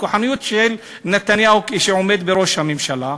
לכוחניות של נתניהו שעומד בראש הממשלה,